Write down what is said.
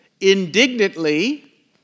indignantly